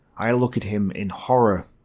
i look at him in horror.